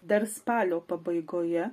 dar spalio pabaigoje